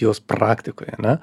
juos praktikoj ane